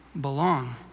belong